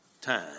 time